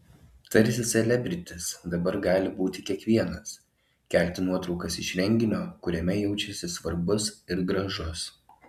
tarsi selebritis dabar gali būti kiekvienas kelti nuotraukas iš renginio kuriame jaučiasi svarbus ir gražus